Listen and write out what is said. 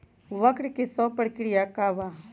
वक्र कि शव प्रकिया वा?